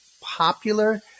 popular